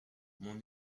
mon